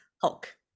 hulk